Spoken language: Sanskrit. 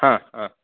हा हा